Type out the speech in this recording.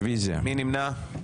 מי נמנע?